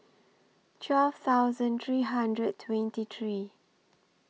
twelve thousand three hundred twenty three